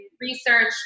research